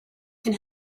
can